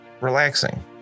relaxing